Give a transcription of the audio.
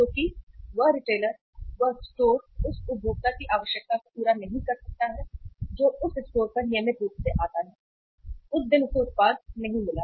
क्योंकि वह रिटेलर वह स्टोर उस उपभोक्ता की आवश्यकता को पूरा नहीं कर सकता जो उस स्टोर पर नियमित रूप से आता है उस दिन उसे उत्पाद नहीं मिला